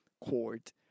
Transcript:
court